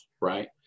right